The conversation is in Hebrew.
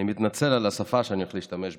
אני מתנצל על השפה שאני הולך להשתמש בה,